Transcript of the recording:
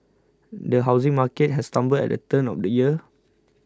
the housing market has stumbled at the turn of the year